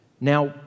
Now